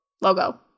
logo